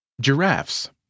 Giraffes